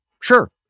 Sure